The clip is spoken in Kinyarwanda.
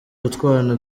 utwana